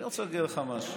אני רוצה להגיד לך משהו.